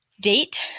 date